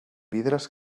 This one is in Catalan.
vidres